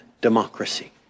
democracy